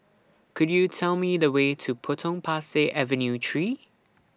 Could YOU Tell Me The Way to Potong Pasir Avenue three